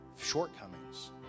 shortcomings